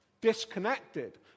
disconnected